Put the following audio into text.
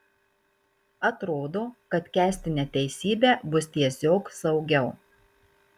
atrodo kad kęsti neteisybę bus tiesiog saugiau